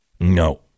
No